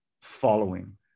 following